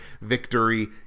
victory